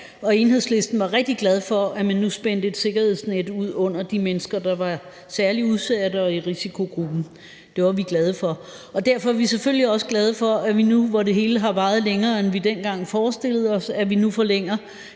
Enhedslisten var rigtig glad for, at man nu spændte et sikkerhedsnet ud under de mennesker, der var særlig udsatte og i risikogruppen. Det var vi glade for, og derfor er vi selvfølgelig også glade for, at vi nu, hvor det hele har varet længere, end vi dengang forestillede os, at vi nu forlænger